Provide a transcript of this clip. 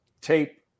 tape